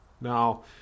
Now